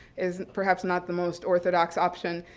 is perhaps not the most orthodox option,